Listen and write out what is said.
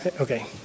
okay